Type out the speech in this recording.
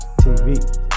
TV